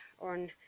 on